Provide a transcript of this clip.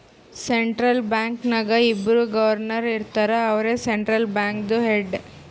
central bank ನಾಗ್ ಒಬ್ಬುರ್ governor ಇರ್ತಾರ ಅವ್ರೇ ಸೆಂಟ್ರಲ್ ಬ್ಯಾಂಕ್ದು ಹೆಡ್